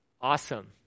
awesome